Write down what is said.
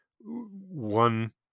one